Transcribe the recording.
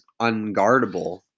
unguardable